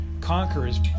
conquerors